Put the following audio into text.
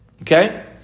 okay